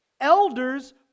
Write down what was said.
Elders